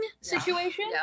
situation